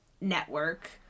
network